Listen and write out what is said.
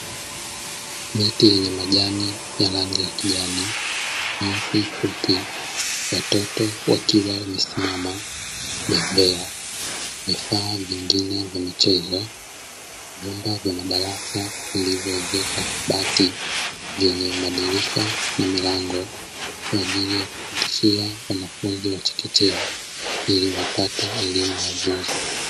Miti yenye majani ya rangi ya kijani, nyasi fupi, watoto wakiwa wamesimama; bembea, vifaa vingine vya michezo, vyumba vya madarasa vilivyoezekwa mabati vyenye madirisha na milango, kwa ajili ya kupitishia wanafunzi wa chekechea, ili wapate elimu na ujuzi.